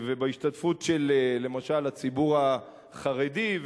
ובהשתתפות של למשל הציבור החרדי,